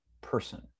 person